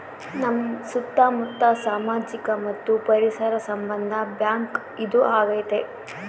ನಮ್ ಸುತ್ತ ಮುತ್ತ ಸಾಮಾಜಿಕ ಮತ್ತು ಪರಿಸರ ಸಂಬಂಧ ಬ್ಯಾಂಕ್ ಇದು ಆಗೈತೆ